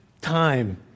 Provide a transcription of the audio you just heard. time